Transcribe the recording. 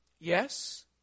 Yes